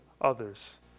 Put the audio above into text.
others